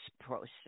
process